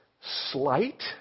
slight